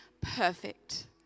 perfect